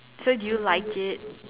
so did you like it